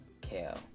kale